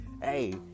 hey